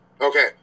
Okay